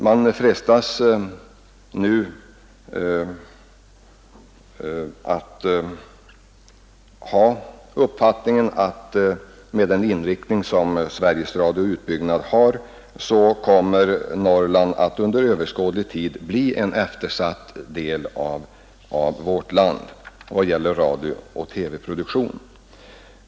Man frestas nu till uppfattningen att med den inriktning som Sveriges Radios utbyggnad har, kommer Norrland att under överskådlig tid vara en eftersatt del av vårt land vad gäller radiooch TV-produktion.